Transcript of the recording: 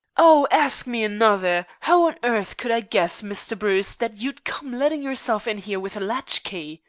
oh, ask me another! how on earth could i guess, mr. bruce, that you'd come letting yourself in here with a latchkey?